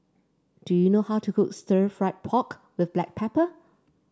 do you know how to cook Stir Fried Pork with Black Pepper